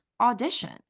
audition